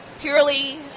purely